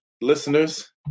listeners